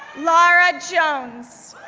lara jones,